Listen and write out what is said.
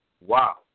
Wow